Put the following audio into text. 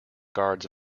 guard’s